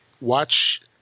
Watch